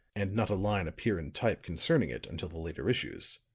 and not a line appear in type concerning it until the later issues.